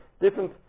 Different